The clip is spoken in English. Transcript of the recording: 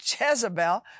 Jezebel